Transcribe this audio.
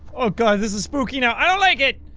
oh god this is spooky now, i don't like it!